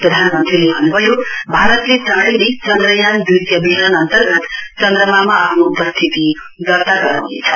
प्रधानमन्त्रीले भन्नभयो भारतले चाँडै नै चन्द्रयान द्वितीय मिशन अन्तर्गत चन्द्रमामा आफ्नो उपस्थिती दर्ता गराउनेछ